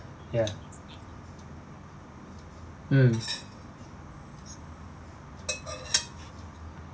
ya mm